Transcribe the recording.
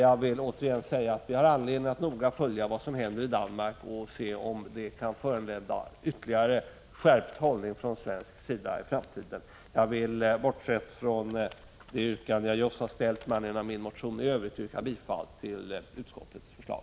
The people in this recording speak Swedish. Jag vill återigen säga att vi har anledning att noga följa vad som händer i Danmark och se om det kan föranleda en ytterligare skärpt hållning från svensk sida i framtiden. Jag vill yrka bifall till utskottets förslag.